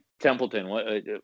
Templeton